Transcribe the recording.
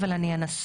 אבל אני אנסה.